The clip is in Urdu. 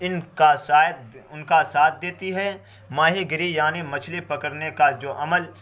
ان کا شاید ان کا ساتھ دیتی ہیں ماہی گیری یعنی مچھلی پکڑنے کا جو عمل